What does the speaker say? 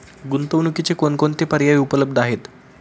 गुंतवणुकीचे कोणकोणते पर्याय उपलब्ध आहेत?